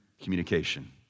communication